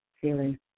feeling